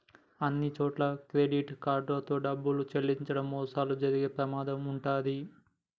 అన్నిచోట్లా credit card తో డబ్బులు చెల్లించడం మోసాలు జరిగే ప్రమాదం వుంటది